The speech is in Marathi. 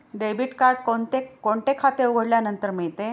डेबिट कार्ड कोणते खाते उघडल्यानंतर मिळते?